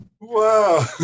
Wow